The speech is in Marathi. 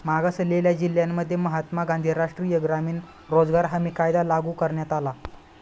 मागासलेल्या जिल्ह्यांमध्ये महात्मा गांधी राष्ट्रीय ग्रामीण रोजगार हमी कायदा लागू करण्यात आला